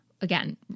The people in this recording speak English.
again